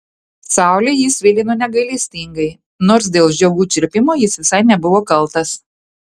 saulė jį svilino negailestingai nors dėl žiogų čirpimo jis visai nebuvo kaltas